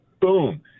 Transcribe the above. boom